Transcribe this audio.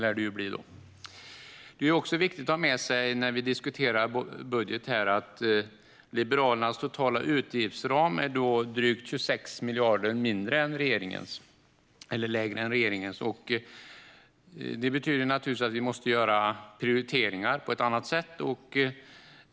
När vi diskuterar budget är det viktigt att ha med sig att Liberalernas totala utgiftsram innehåller drygt 26 miljarder mindre än regeringens. Det betyder naturligtvis att vi måste göra prioriteringar på ett annat sätt.